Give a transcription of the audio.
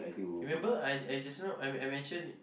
remember I I just now I I mention